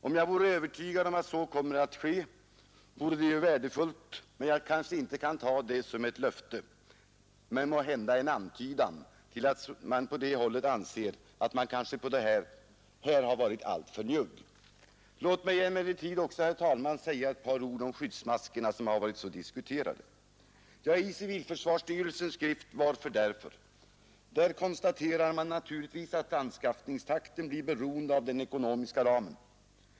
Om jag vore övertygad om att så kommer att ske, vore det värdefullt, men jag tar det inte såsom ett löfte utan endast såsom en antydan om att de anser att man har varit alltför njugg. Låt mig, herr talman, säga några ord om skyddsmaskerna som har varit så diskuterade. I civilförsvarsstyrelsens skrift Varför-Därför konstateras: ”Anskaffningstakten blir beroende av den ekonomiska ramen.